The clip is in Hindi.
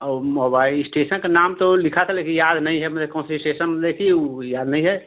और मोबाईल इस्टेशन का नाम तो लिखा था लेकिन याद नहीं है मेरे कौनसे स्टेशन पर थी वो याद नहीं है